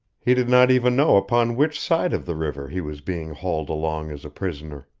he did not even know upon which side of the river he was being hauled along as a prisoner.